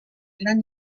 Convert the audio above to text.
gran